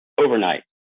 overnight